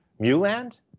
Muland